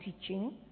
teaching